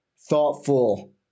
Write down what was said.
thoughtful